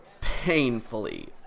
painfully